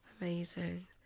Amazing